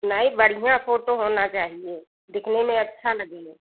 नहीं बढ़िया फोटो होना चाहिए दिखने में अच्छी लगे